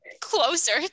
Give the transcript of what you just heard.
Closer